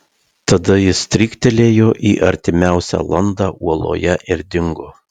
tada jis stryktelėjo į artimiausią landą uoloje ir dingo